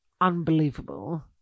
unbelievable